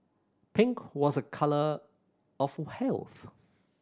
pink was a colour of health